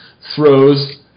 throws